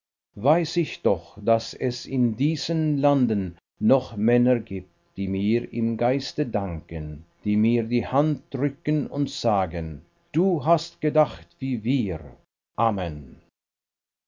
weiß ich doch daß es in diesen landen noch männer gibt die mir im geiste danken die mir die hand drücken und sagen du hast gedacht wie wir amen